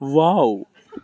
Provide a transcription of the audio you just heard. wow